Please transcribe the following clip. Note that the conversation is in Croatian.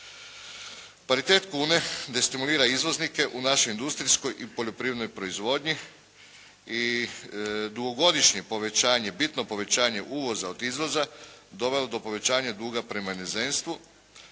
Paritet kune destimulira izvoznike u našoj industrijskoj i poljoprivrednoj proizvodnji i dugogodišnje povećanje, bitno povećanje uvoza od izvoza doveo do povećanja duga prema inozemstvu,